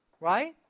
right